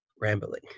rambling